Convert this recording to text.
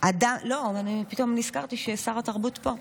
פתאום נזכרתי ששר התרבות פה.